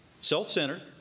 self-centered